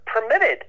permitted